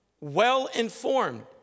well-informed